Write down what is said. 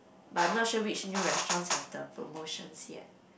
but I'm not sure which new restaurant have the promotions yet